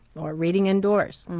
or reading indoors.